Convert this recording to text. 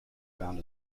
bound